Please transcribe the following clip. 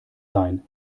sein